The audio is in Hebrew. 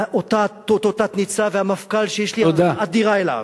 לאותו תת-ניצב ולמפכ"ל, שיש לי הערכה אדירה אליו,